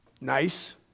Nice